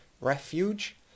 refuge